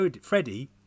Freddie